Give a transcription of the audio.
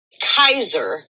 Kaiser